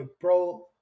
pro